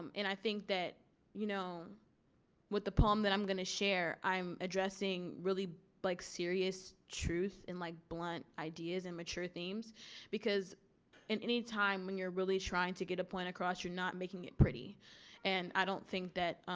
and i think that you know what the poem that i'm going to share i'm addressing really like serious truth in like blunt ideas and mature themes because at any time when you're really trying to get a point across you're not making it pretty and i don't think that